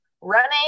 Running